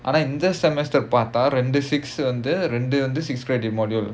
இந்த:intha semester பாத்த ரெண்டு:paatha rendu six வந்து ரெண்டு:vanthu rendu six credit module